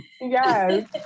Yes